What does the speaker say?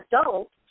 adults